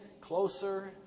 closer